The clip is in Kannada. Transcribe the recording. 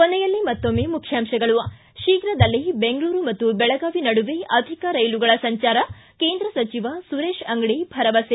ಕೊನೆಯಲ್ಲಿ ಮತ್ತೊಮ್ಮೆ ಮುಖ್ಯಾಂಶಗಳು ಿ ಶೀಘ್ರದಲ್ಲೇ ಬೆಂಗಳೂರು ಮತ್ತು ಬೆಳಗಾವಿ ನಡುವೆ ಅಧಿಕ ರೈಲುಗಳು ಸಂಚಾರ ಕೇಂದ್ರ ಸಚಿವ ಸುರೇಶ ಅಂಗಡಿ ಭರವಸೆ